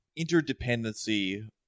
interdependency